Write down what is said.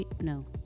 No